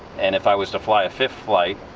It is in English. and if i was to fly a fifth flight,